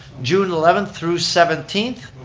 june eleventh through seventeenth.